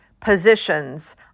Positions